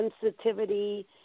sensitivity